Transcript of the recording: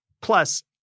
Plus